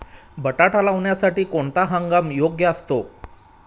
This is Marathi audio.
बटाटा लावण्यासाठी कोणता हंगाम योग्य असतो?